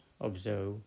observe